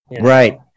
Right